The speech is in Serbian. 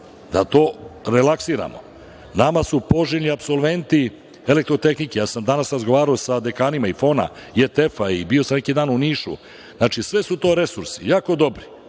da to relaksiramo. Nama su poželjni apsolventi elektrotehnike. Ja sam danas razgovarao sa dekanima FON-a, i ETF i bio sam neki dan u Nišu. Znači, sve su to resursi jako dobri.